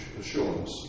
assurance